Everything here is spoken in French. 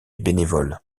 bénévoles